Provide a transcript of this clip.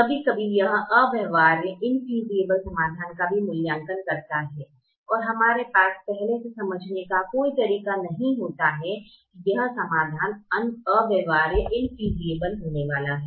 कभी कभी यह अव्यवहार्य समाधान का भी मूल्यांकन करता है और हमारे पास पहले से समझने का कोई तरीका नहीं होता है कि यह समाधान अव्यवहार्य होने वाला है